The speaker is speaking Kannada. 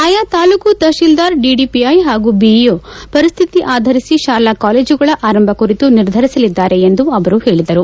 ಆಯಾ ತಾಲ್ಲೂಕು ತಹಶೀಲ್ದಾರ್ ಡಿಡಿಪಿಐ ಹಾಗೂ ಬಿಇಓ ಪರಿಸ್ತಿತಿ ಆಧರಿಸಿ ಶಾಲಾ ಕಾಲೇಜುಗಳ ಆರಂಭ ಕುರಿತು ನಿರ್ಧರಿಸಲಿದ್ದಾರೆ ಎಂದು ಅವರು ಹೇಳಿದರು